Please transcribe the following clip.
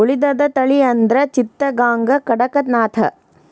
ಉಳಿದದ ತಳಿ ಅಂದ್ರ ಚಿತ್ತಗಾಂಗ, ಕಡಕನಾಥ